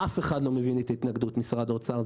אף אחד לא מבין את ההתנגדות של משרד האוצר,